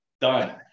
Done